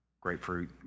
grapefruit